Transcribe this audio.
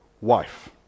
wife